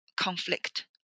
conflict